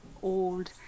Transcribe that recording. Old